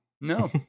No